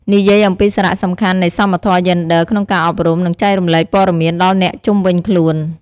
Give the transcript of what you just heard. និយាយអំពីសារៈសំខាន់នៃសមធម៌យេនឌ័រក្នុងការអប់រំ និងចែករំលែកព័ត៌មានដល់អ្នកជុំវិញខ្លួន។